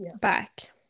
back